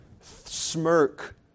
smirk